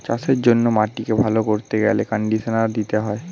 চাষের জন্য মাটিকে ভালো করতে গেলে কন্ডিশনার দিতে হয়